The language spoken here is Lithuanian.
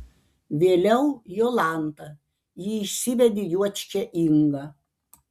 vėliau jolanta ji išsivedė juočkę ingą